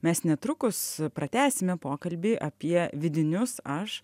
mes netrukus pratęsime pokalbį apie vidinius aš